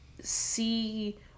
see